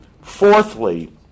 Fourthly